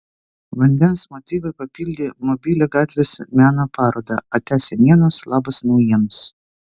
vandens motyvai papildė mobilią gatvės meno parodą atia senienos labas naujienos